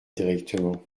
directement